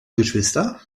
geschwister